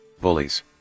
bullies